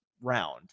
round